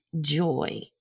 joy